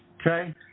Okay